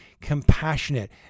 compassionate